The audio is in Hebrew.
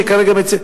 שכרגע מציינים.